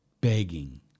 begging